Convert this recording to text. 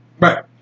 Right